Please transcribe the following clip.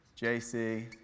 JC